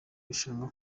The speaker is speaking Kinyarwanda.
rushanwa